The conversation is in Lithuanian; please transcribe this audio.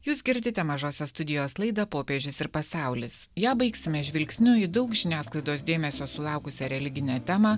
jūs girdite mažosios studijos laida popiežius ir pasaulis ją baigsime žvilgsniu į daug žiniasklaidos dėmesio sulaukusią religinę temą